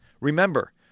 Remember